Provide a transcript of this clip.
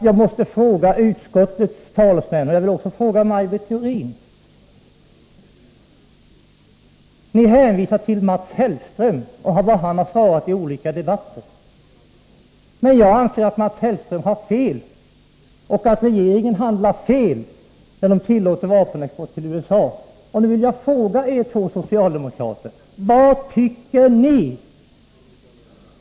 Jag måste säga till utskottets talesmän, eller också till Maj Britt Theorin: Ni hänvisar till Mats Hellström och vad han har svarat i olika debatter. Men jag anser att Mats Hellström har fel och att regeringen handlar fel, när den tillåter vapenexport till USA. Nu vill jag fråga er två socialdemokrater: Vad tycker ni?